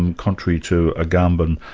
and contrary to agamben,